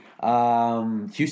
Houston